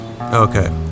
Okay